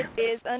is. and